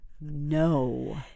no